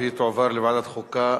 והיא תועבר לוועדת החוקה,